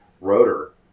rotor